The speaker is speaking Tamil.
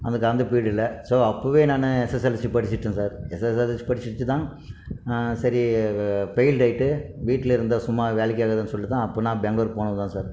அந்தக்காந்த பிரீட்ல ஸோ அப்போவே நான் எஸ்எஸ்எல்சி படிச்சிட்டேன் சார் எஸ்எஸ்எல்சி படிச்சுட்டுதான் சரி ஃபெயில்டு ஆயிட்டு வீட்டில் இருந்தால் சும்மா வேலைக்கு ஆகாதுன்னு சொல்லிட்டு தான் அப்போ நான் பெங்ளூர் போனது தான் சார்